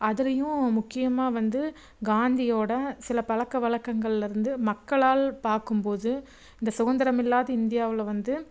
அதுலையும் முக்கியமாக வந்து காந்தியோடய சில பழக்க வழக்கங்களில் இருந்து மக்களால் பார்க்கும்போது இந்த சுதந்திரம் இல்லாத இந்தியாவில் வந்து